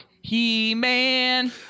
He-Man